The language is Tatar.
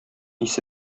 исе